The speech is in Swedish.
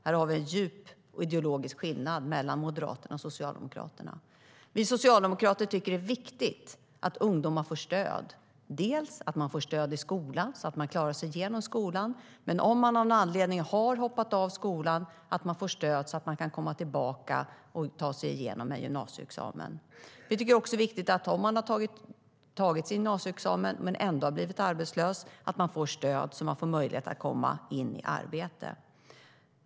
Här har vi en djup ideologisk skillnad mellan Moderaterna och Socialdemokraterna. Vi socialdemokrater tycker att det är viktigt att ungdomar får stöd, dels i skolan så att man klarar sig genom skolan, dels stöd så att man kan komma tillbaka och ta sig igenom sin gymnasieexamen om man av någon anledning har hoppat av skolan. Vi tycker också att det är viktigt att man, om man har tagit sin gymnasieexamen men ändå blivit arbetslös, får stöd så att man får möjlighet att komma i arbete.